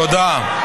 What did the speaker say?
תודה.